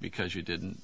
because you didn't